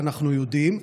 אנחנו יודעים,